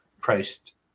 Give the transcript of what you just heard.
priced